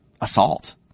assault